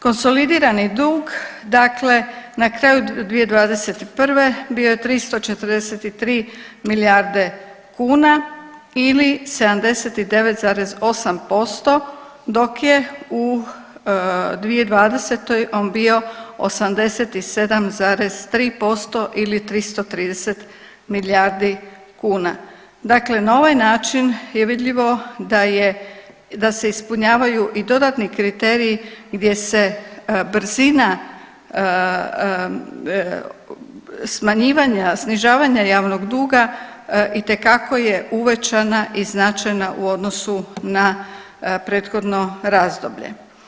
Konsolidirani dug dakle na kraju 2021. bio je 343 milijarde kuna ili 79,8% dok je u 2020. on bio 87,3% ili 330 milijardi kuna, dakle na ovaj način je vidljivo da se ispunjavaju i dodatni kriteriji gdje se brzina smanjivanja, snižavanja javnog duga itekako je uvećana i značajna u odnosu na prethodno razdoblje.